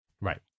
Right